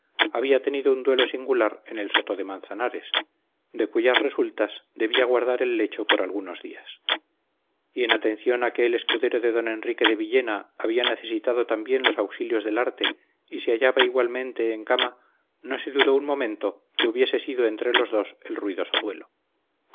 había tenido un duelo singular en el soto de manzanares de cuyas resultas debía guardar el lecho por algunos días y en atención a que el escudero de don enrique de villena había necesitado también los auxilios del arte y se hallaba igualmente en cama no se dudó un momento que hubiese sido entre los dos el ruidoso duelo